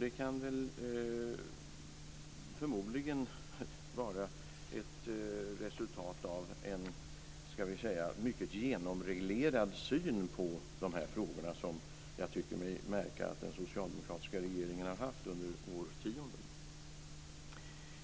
Det kan förmodligen vara ett resultat av en mycket genomreglerad syn på de här frågorna som jag tycker mig märka att den socialdemokratiska regeringen har haft under årtionden.